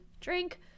drink